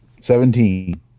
Seventeen